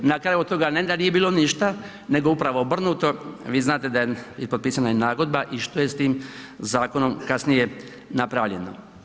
Na kraju od toga ne da nije bilo ništa, nego upravo obrnuto, vi znate da je i potpisana i nagodba i što je s tim zakonom kasnije napravljeno.